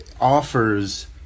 offers